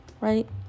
right